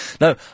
no